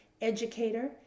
educator